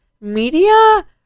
media